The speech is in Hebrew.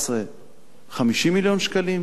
50 מיליון שקלים,